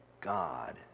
God